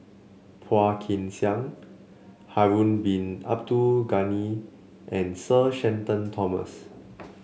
Phua Kin Siang Harun Bin Abdul Ghani and Sir Shenton Thomas